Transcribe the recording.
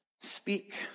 speak